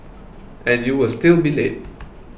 and you will still be late